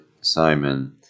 simon